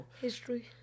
History